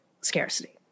scarcity